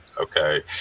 Okay